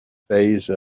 phase